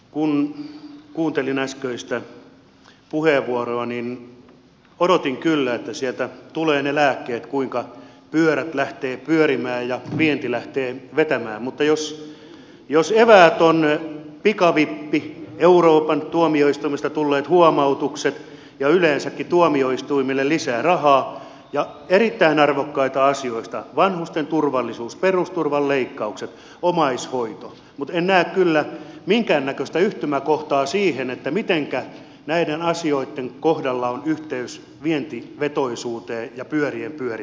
kun kuuntelin äskeistä puheenvuoroa niin odotin kyllä että sieltä tulevat ne lääkkeet kuinka pyörät lähtevät pyörimään ja vienti lähtee vetämään mutta jos eväät ovat pikavippi euroopan tuomioistuimesta tulleet huomautukset ja yleensäkin lisäraha tuomioistuimille ja erittäin arvokkaita asioita vanhusten turvallisuus perusturvan leikkaukset omaishoito niin en näe kyllä minkäännäköistä yhtymäkohtaa siihen mitenkä näiden asioitten kohdalla on yhteys vientivetoisuuteen ja pyörien pyörimiseen